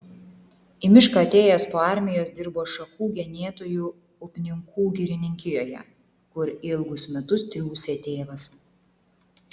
į mišką atėjęs po armijos dirbo šakų genėtoju upninkų girininkijoje kur ilgus metus triūsė tėvas